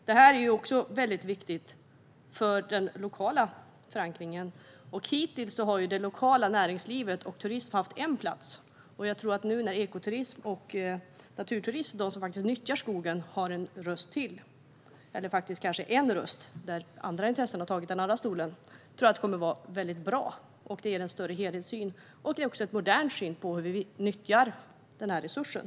Detta är också viktigt för den lokala förankringen. Hittills har det lokala näringslivet och turismen haft en plats. När nu ekoturism och naturturism, som faktiskt nyttjar skogen, får en röst, tror jag att det kommer att vara mycket bra. Det ger en bättre helhetssyn, och det är också en modern syn på hur vi nyttjar resursen.